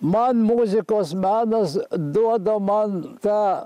man muzikos menas duoda man tą